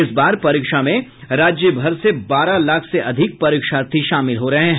इस बार परीक्षा में राज्य भर से बारह लाख से अधिक परीक्षार्थी शामिल हो रहे हैं